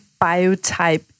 biotype